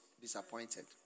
disappointed